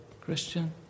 Christian